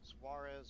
Suarez